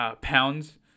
pounds